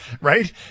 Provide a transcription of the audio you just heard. Right